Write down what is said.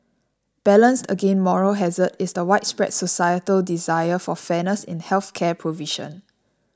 balanced against moral hazard is the widespread societal desire for fairness in health care provision